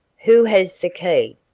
who has the key?